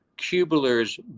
Cubular's